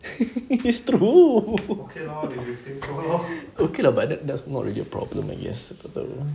it's true okay lah but that's not really a problem I guess